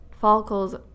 follicles